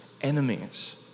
enemies